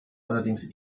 allerdings